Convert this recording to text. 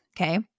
okay